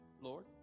Lord